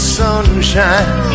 sunshine